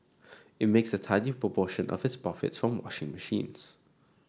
it makes a tiny proportion of these profits from washing machines